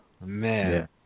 Man